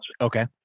Okay